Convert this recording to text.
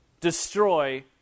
destroy